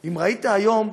אם ראית היום,